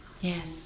Yes